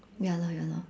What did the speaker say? ya lor ya lor